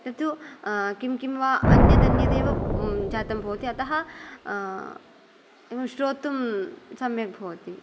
तत्तु किं किं वा अन्यद् अन्यदेव जातं भवति अत श्रोतुं सम्यक् भवति